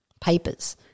papers